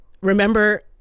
remember